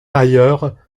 ailleurs